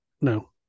no